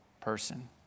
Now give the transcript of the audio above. person